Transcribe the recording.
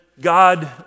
God